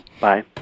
bye